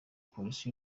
polisi